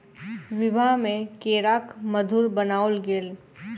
विवाह में केराक मधुर बनाओल गेल